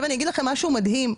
אגיד לכם משהו מדהים.